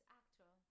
actor